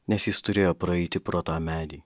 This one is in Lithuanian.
nes jis turėjo praeiti pro tą medį